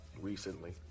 recently